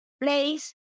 place